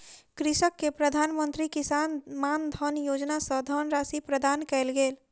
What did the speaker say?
कृषक के प्रधान मंत्री किसान मानधन योजना सॅ धनराशि प्रदान कयल गेल